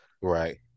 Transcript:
right